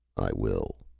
i will.